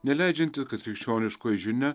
neleidžiantis kad krikščioniškoji žinia